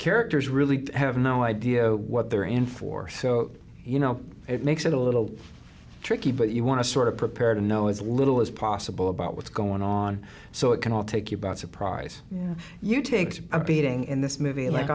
characters really have no idea what they're in for so you know it makes it a little tricky but you want to sort of prepared and know as little as possible about what's going on so it can all take you about surprise you takes a beating in this movie like